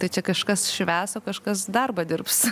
tai čia kažkas švęs o kažkas darbą dirbs